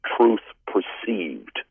truth-perceived